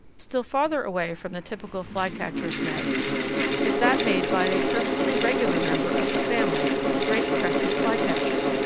still farther away from the typical flycatcher's nest is that made by a perfectly regular member of the family, the great-crested flycatcher.